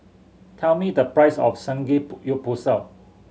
tell me the price of